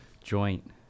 joint